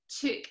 Took